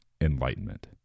enlightenment